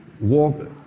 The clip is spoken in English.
walk